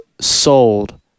sold